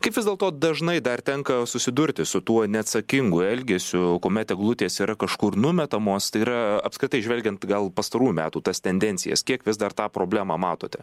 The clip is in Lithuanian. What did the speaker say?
kaip vis dėlto dažnai dar tenka susidurti su tuo neatsakingu elgesiu kuomet eglutės yra kažkur numetamos tai yra apskritai žvelgiant gal pastarųjų metų tas tendencijas kiek vis dar tą problemą matote